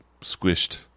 squished